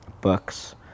books